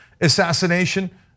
assassination